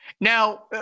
Now